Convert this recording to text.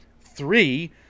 three